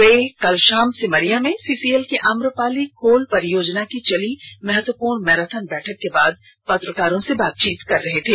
वे कल शाम सिमरिया में सीसीएल की आम्रपाली कोल परियोजना की चली महत्वपूर्ण मैराथन बैठक के बाद पत्रकारों से बात कर रहे थे